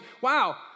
wow